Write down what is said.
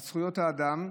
על זכויות האדם,